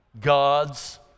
God's